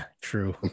true